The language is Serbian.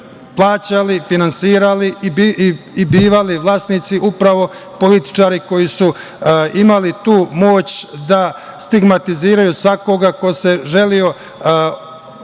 plaćali, finansirali i bivali vlasnici upravo političari koji su imali tu moć da stigmatiziraju svakoga ko se želeo istinski